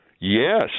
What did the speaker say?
yes